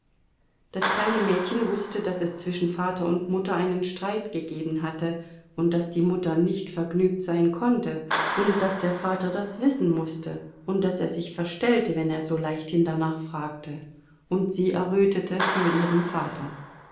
das kleine mädchen wußte daß es zwischen vater und mutter einen streit gegeben hatte und daß die mutter nicht vergnügt sein konnte und daß der vater das wissen mußte und daß er sich verstellte wenn er so leichthin danach fragte und sie errötete für ihren vater